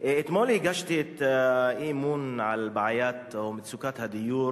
אתמול הגשתי את האי-אמון על בעיית או מצוקת הדיור